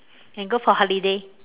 can go for holiday